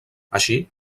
així